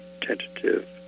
tentative